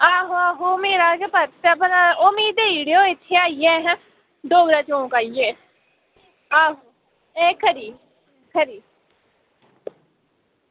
आहो आहो मेरा गै पर्स ऐ भला ओह् मिगी देई ओड़ेओ इत्थें आइयै अहें डोगरा चौक आइयै आहो एह् खरी खरी